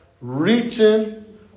Reaching